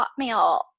hotmail